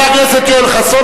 חבר הכנסת יואל חסון,